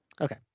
Okay